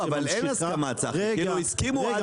לא אבל אין הסכמה, כאילו הסכימו עד